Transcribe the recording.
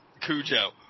Cujo